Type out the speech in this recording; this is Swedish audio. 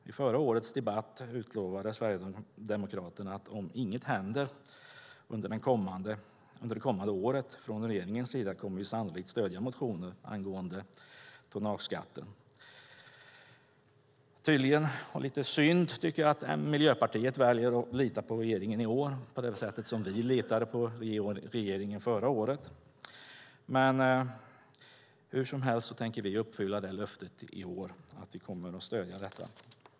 Vid förra årets debatt utlovade vi sverigedemokrater att om inget händer under det kommande året från regeringens sida kommer vi sannolikt att stödja motioner angående tonnageskatten. Det är lite synd att Miljöpartiet väljer att lita på regeringen i år på det sätt som vi litade på regeringen förra året. Men hur som helst tänker vi i år uppfylla löftet att stödja detta.